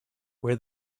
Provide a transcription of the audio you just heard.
where